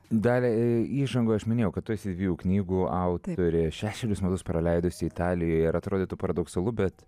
dalia įžangoj aš minėjau kad tu esi dviejų knygų autorė šešerius metus praleidusi italijoje ir atrodytų paradoksalu bet